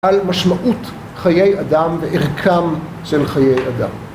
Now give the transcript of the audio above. על משמעות חיי אדם וערכם של חיי אדם.